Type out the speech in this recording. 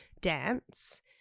Dance